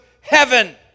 heaven